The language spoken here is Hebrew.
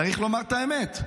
צריך לומר את האמת,